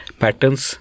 patterns